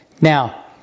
Now